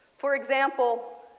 for example,